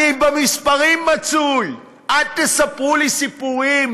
אני במספרים מצוי, אל תספרו לי סיפורים.